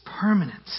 permanent